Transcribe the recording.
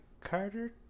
Carter